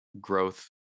growth